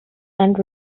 and